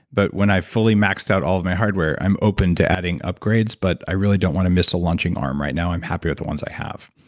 but when i fully maxed out all of my hardware, i'm open to adding upgrades, but i really don't want to miss a launching arm right now. i'm happy with the ones i have.